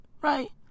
right